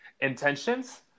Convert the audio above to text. intentions